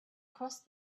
crossed